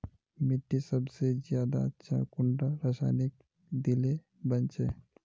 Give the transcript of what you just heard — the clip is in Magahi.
मिट्टी सबसे ज्यादा अच्छा कुंडा रासायनिक दिले बन छै?